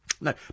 no